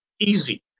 easy